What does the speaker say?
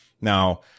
Now